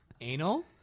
anal